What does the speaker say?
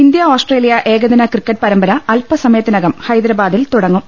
India Australia ഏകദിന cricket പരമ്പര അൽപസമ യത്തിനകം ഹൈദരാബാദിൽ തുടങ്ങും